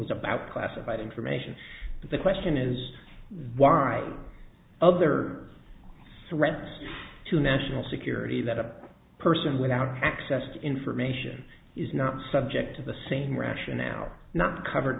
was about classified information but the question is why aren't other surrender to national security that a person without access to information is not subject to the same rationale not covered